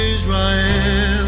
Israel